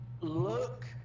look